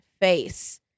face